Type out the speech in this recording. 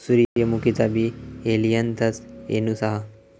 सूर्यमुखीचा बी Helianthus annuus हा